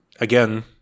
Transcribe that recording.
again